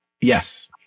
Yes